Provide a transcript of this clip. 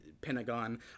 Pentagon